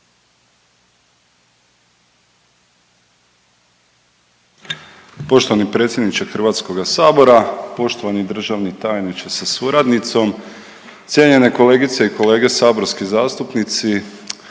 poštovani potpredsjedniče Hrvatskog sabora. Poštovani državni tajniče sa suradnicom, kolegice i kolege, ne tako davno